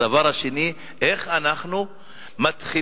ודבר אחר, איך אנחנו מתחילים